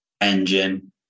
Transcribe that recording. engine